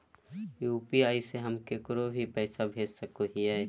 UPI से हम केकरो भी पैसा भेज सको हियै?